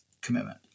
commitment